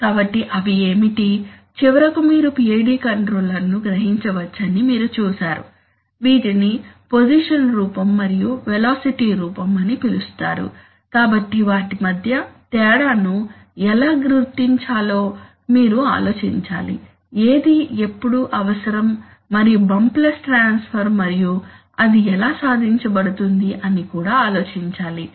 కాబట్టి అవి ఏమిటి చివరకు మీరు PID కంట్రోలర్ను గ్రహించవచ్చని మీరు చూశారు వీటిని పొజిషన్ రూపం మరియు వెలాసిటీ రూపం అని పిలుస్తారు కాబట్టి వాటి మధ్య తేడాను ఎలా గుర్తించాలో మీరు ఆలోచించాలి ఏది ఎప్పుడు అవసరం మరియు బంప్లెస్ ట్రాన్స్ఫర్ మరియు అది ఎలా సాధించబడుతుంది అని కూడా ఆలోచించాలి